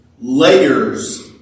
layers